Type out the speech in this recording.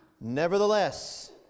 Nevertheless